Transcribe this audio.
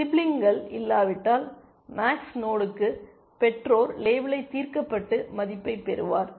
சிப்லிங்கள் இல்லாவிட்டால் மேக்ஸ் நோடுக்கு பெற்றோர் லேபிள் தீர்க்கப்பட்டு மதிப்பைப் பெறுவார்